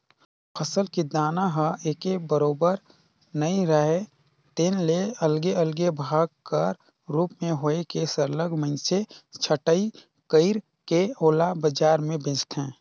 फसल के दाना ह एके बरोबर नइ राहय तेन ले अलगे अलगे भाग कर रूप में होए के सरलग मइनसे छंटई कइर के ओला बजार में बेंचथें